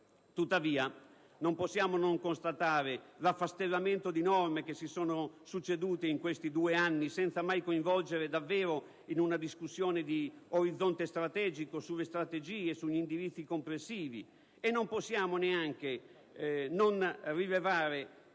Tuttavia, non possiamo non constatare l'affastellamento di norme che si sono succedute in questi due anni senza un vero coinvolgimento in una discussione di orizzonte strategico sulle strategie e sugli indirizzi complessivi. Non possiamo neanche non rilevare